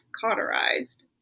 cauterized